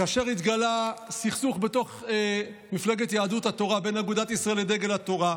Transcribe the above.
כאשר התגלע סכסוך בתוך מפלגת יהדות התורה בין אגודת ישראל לדגל התורה,